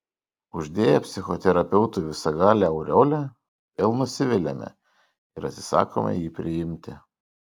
uždėję psichoterapeutui visagalio aureolę vėl nusiviliame ir atsisakome jį priimti